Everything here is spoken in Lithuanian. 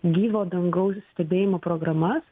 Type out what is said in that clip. gyvo dangaus stebėjimo programas